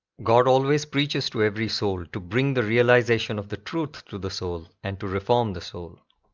god always preaches to every soul to bring the realization of the truth to the soul and to reform the soul.